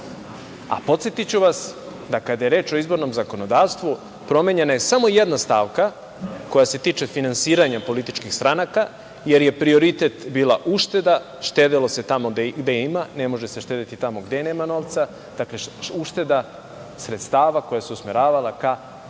Podsetiću vas da kada je reč o izbornom zakonodavstvu, promenjena je samo jedna stavka koja se tiče finansiranja političkih stranaka, jer je prioritet bila ušteda. Štedelo se tamo gde ima, ne može se štedeti tamo gde nema novca, dakle ušteda sredstava koja su se usmeravala ka